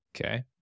Okay